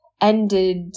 ended